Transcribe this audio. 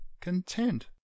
content